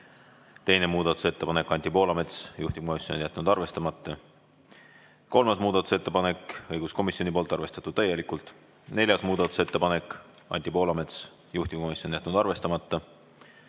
Teine muudatusettepanek, Anti Poolamets, juhtivkomisjon on jätnud arvestamata. Kolmas muudatusettepanek, õiguskomisjonilt, arvestatud täielikult. Neljas muudatusettepanek, Anti Poolamets, juhtivkomisjon on jätnud arvestamata.